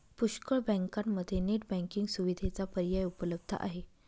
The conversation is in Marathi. पुष्कळ बँकांमध्ये नेट बँकिंग सुविधेचा पर्याय उपलब्ध आहे